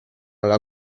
alla